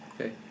Okay